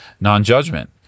non-judgment